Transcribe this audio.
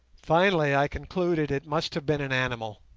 finally, i concluded it must have been an animal.